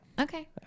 Okay